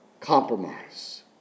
compromise